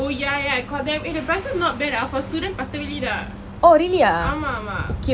oh ya ya I called them eh the prices not bad ah for students பத்து வெள்ளிதான்:pathu velli thaan ஆமா ஆமா:aama aama